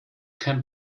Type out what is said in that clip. kein